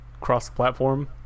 cross-platform